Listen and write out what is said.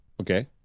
Okay